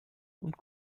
und